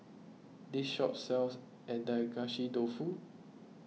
this shop sells Agedashi Dofu